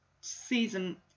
season